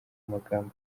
magambo